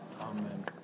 Amen